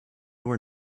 were